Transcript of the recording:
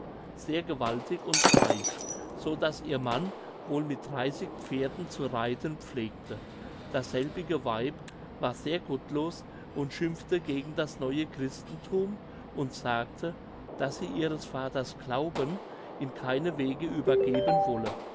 sehr gewaltig und reich so daß ihr mann wohl mit dreißig pferden zu reiten pflegte dasselbige weib war sehr gottlos und schimpfte gegen das neue christenthum und sagte daß sie ihres vaters glauben in keine wege übergeben wolle